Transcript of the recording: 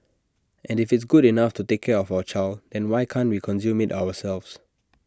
and if it's good enough to take care of our child and why can't we consume IT ourselves